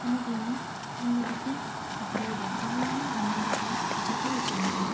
কোনো দিনই অন্য দিকে আগ্রহ দেখাবেও না অন্য দিকে যেতেও চাইবে না